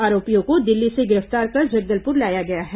आरोपियों को दिल्ली से गिरफ्तार कर जगदलपुर लाया गया है